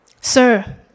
Sir